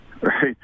right